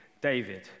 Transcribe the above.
David